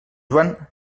joan